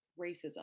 racism